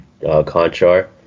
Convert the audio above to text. Conchar